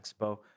expo